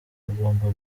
agomba